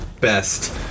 best